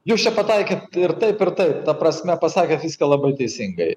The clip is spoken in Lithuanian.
jūs čia pataikėt ir taip ir taip ta prasme pasakėt viską labai teisingai